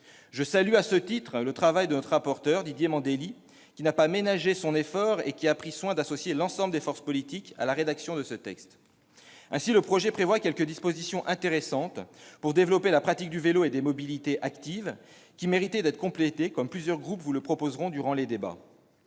Je salue à ce titre le travail de notre rapporteur, Didier Mandelli, qui n'a pas ménagé son effort et qui a pris soin d'associer l'ensemble des forces politiques à la rédaction de ce texte. Le projet de loi contient ainsi quelques dispositions intéressantes pour développer la pratique du vélo et des mobilités actives. Elles méritent toutefois d'être complétées, et plusieurs groupes le proposeront durant les débats.